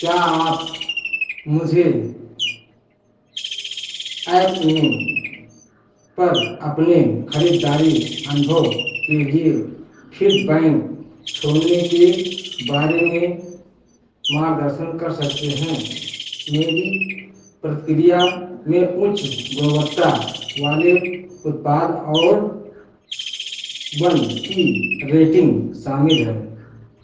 क्या आप मुझे ऐप में पर अपने खरीदारी अनुभव के लिए फीडबैंक छोड़ने के बारे में मार्गदर्शन कर सकते हैं मेरी प्रतिक्रिया में उच्च गुणवत्ता वाले उत्पाद और वन की रेटिंग शामिल है